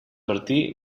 martí